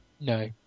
No